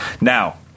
Now